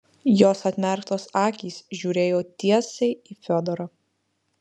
jos atmerktos akys žiūrėjo tiesiai į fiodorą